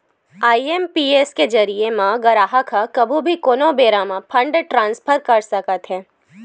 IMPS के जरिए म गराहक ह कभू भी कोनो बेरा म फंड ट्रांसफर कर सकत हे